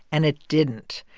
and it didn't.